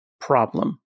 problem